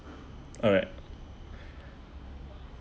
alright